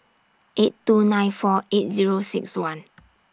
eight two nine four eight Zero six one